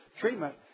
treatment